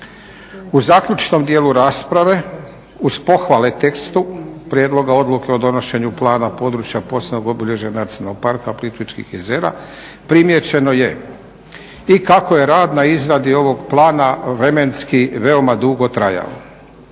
U zaključnom dijelu rasprave uz pohvale tekstu prijedloga odluke o donošenju Plana područja posebnog obilježja Nacionalnog parka Plitvičkih jezera primijećeno je i kako je rad na izradi ovog plana vremenski veoma dugo trajao,